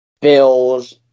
Bills